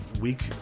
week